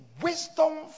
wisdom